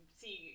see